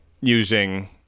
using